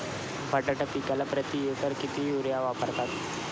बटाटा पिकाला प्रती एकर किती युरिया वापरावा?